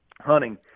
hunting